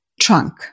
trunk